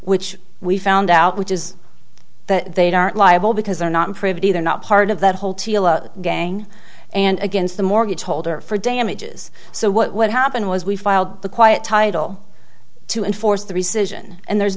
which we found out which is that they'd are liable because they're not pretty they're not part of that whole gang and against the mortgage holder for damages so what happened was we filed the quiet title to enforce the recession and there's